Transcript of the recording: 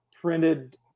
printed